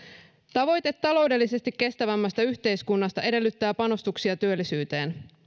tavoite taloudellisesti kestävämmästä yhteiskunnasta edellyttää panostuksia työllisyyteen